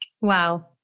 Wow